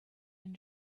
and